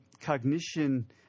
cognition